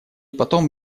потом